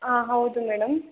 ಆಂ ಹೌದು ಮೇಡಮ್